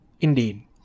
Indeed